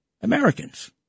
Americans